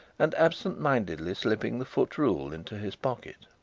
and absent-mindedly slipping the foot-rule into his pocket.